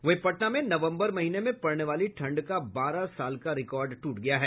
वहीं पटना में नवम्बर महीने में पड़ने वाली ठंड का बारह साल का रिकार्ड ट्रट गया है